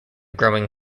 growing